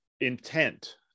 intent